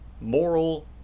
moral